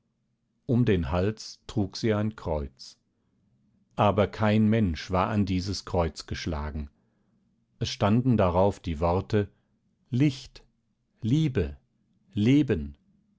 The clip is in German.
um den hals trug sie ein kreuz aber kein mensch war an dieses kreuz geschlagen es standen darauf die worte licht liebe leben